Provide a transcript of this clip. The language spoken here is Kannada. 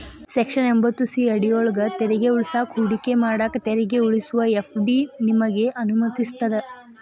ಸೆಕ್ಷನ್ ಎಂಭತ್ತು ಸಿ ಅಡಿಯೊಳ್ಗ ತೆರಿಗೆ ಉಳಿಸಾಕ ಹೂಡಿಕೆ ಮಾಡಾಕ ತೆರಿಗೆ ಉಳಿಸುವ ಎಫ್.ಡಿ ನಿಮಗೆ ಅನುಮತಿಸ್ತದ